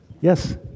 Yes